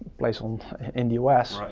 place and in the us,